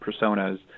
personas